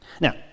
Now